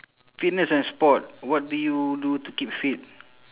fitness and sport what do you do to keep fit